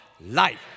Life